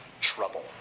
trouble